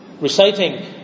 Reciting